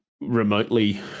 remotely